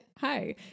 Hi